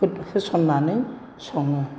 होस'ननानै सङो